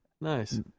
nice